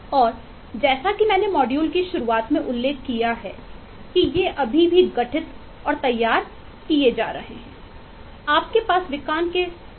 और जैसा कि मैंने मॉड्यूल की शुरुआतमें उल्लेख किया है कि ये अभी भी गठित और तैयार किए जा रहे हैं